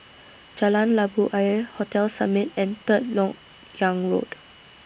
Jalan Labu Ayer Hotel Summit and Third Lok Yang Road